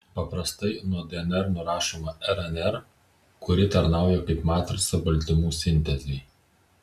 paprastai nuo dnr nurašoma rnr kuri tarnauja kaip matrica baltymų sintezei